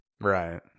Right